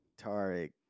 Tariq